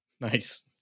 Nice